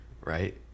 right